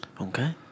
Okay